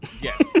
yes